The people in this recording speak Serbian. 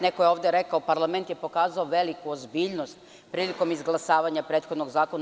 Neko je ovde rekao – parlament je pokazao veliku ozbiljnost prilikom izglasavanja prethodnog zakona.